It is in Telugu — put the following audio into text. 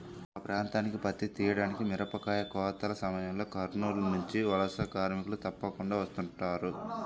మా ప్రాంతానికి పత్తి తీయడానికి, మిరపకాయ కోతల సమయంలో కర్నూలు నుంచి వలస కార్మికులు తప్పకుండా వస్తుంటారు